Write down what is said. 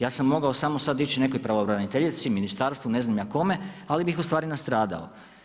Ja sam mogao samo sada ići nekoj pravobraniteljici, ministarstvu, ne znam ja kome, ali bih ustvari nastradao.